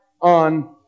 on